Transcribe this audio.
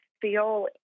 feel